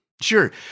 Sure